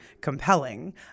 compelling